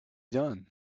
done